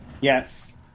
Yes